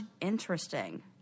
interesting